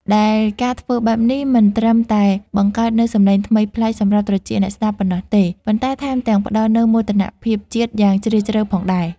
ដែលការធ្វើបែបនេះមិនត្រឹមតែបង្កើតនូវសំឡេងថ្មីប្លែកសម្រាប់ត្រចៀកអ្នកស្តាប់ប៉ុណ្ណោះទេ ប៉ុន្តែថែមទាំងផ្តល់នូវមោទនភាពជាតិយ៉ាងជ្រាលជ្រៅផងដែរ។